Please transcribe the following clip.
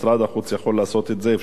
אפשר לפנות.